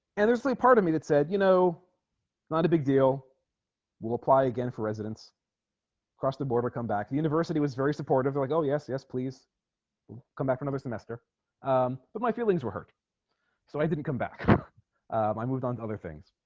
and there's a part of me that said you know not a big deal will apply again for residents across the board would come back the university was very supportive they're like oh yes yes please come back from a semester um but my feelings were hurt so i didn't come back i moved on to other things